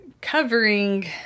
covering